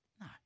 No